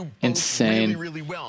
Insane